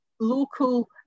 local